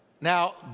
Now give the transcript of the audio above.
Now